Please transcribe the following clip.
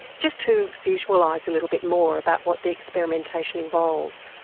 just to visualise a little bit more about what the experimentation involves.